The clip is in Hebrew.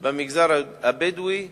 במגזר הבדואי בנגב,